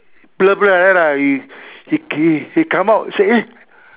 blur blur like that lah he he come out say eh